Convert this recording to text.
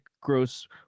gross